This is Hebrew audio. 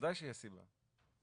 לדייק טיפה את הדיון כאן.